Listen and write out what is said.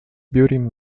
building